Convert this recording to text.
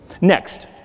Next